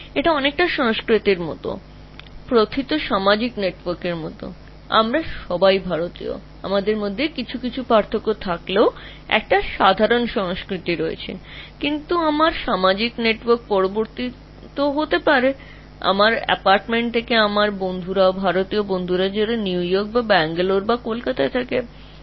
এটি সংস্কৃতিতে সাজানো থাকা একটি সামাজিক নেটওয়ার্কের মতো আমরা সকলেই ভারতে থাকি আমরা সকলেই ভারতীয় ছোট খাটো পার্থক্য বাদ দিলে আমাদের সকলেরই একটি সার্বজনীন সংস্কৃতি রয়েছে তবে আমার সোশ্যাল নেটওয়ার্কটি আমার অ্যাপার্টমেন্ট থেকে আমার বন্ধুদের মধ্যে আলাদা হতে পারে সে নিউইয়র্কবাসী ভারতীয় বন্ধু বা বেঙ্গালুরু বা কলকাতাবাসী হতে পারে